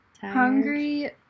hungry